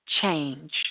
Change